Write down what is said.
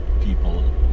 people